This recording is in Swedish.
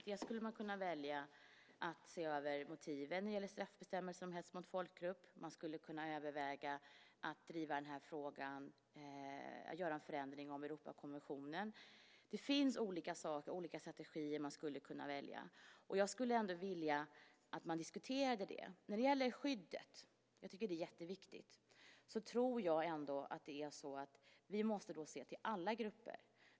Dels skulle man kunna välja att se över motiven när det gäller straffbestämmelsen om hets mot folkgrupp, dels skulle man kunna göra en förändring av Europakonventionen. Det finns olika strategier som man skulle kunna välja. Jag skulle vilja att man ändå diskuterade det. När det gäller skyddet - jag tycker att det är jätteviktigt - tror jag att vi måste se till alla grupper.